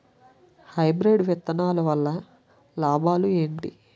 Hybrid విత్తనాలు వల్ల లాభాలు ఏంటి?